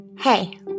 Hey